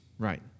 Right